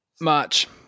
March